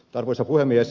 arvoisa puhemies